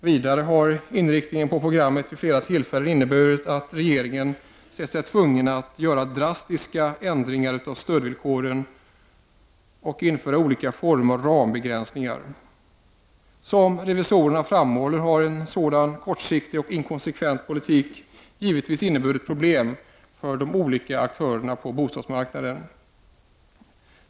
Vidare har inriktningen på programmet vid flera tillfällen inneburit att regeringen sett sig tvungen att drastiskt ändra stödvillkoren och införa olika former av rambegränsningar m.m. Som revisorerna framhåller har en sådan kortsiktig och inkonsekvent politik givetvis inneburit problem för de olika aktörerna på bostadsmarknaden.